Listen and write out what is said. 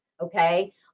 okay